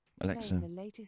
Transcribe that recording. Alexa